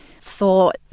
thought